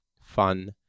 fun